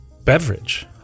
beverage